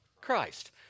Christ